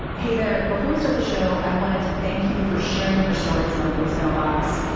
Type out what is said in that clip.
hey there. before we start the show, i wanted to thank you for sharing your stories and our voicemail box.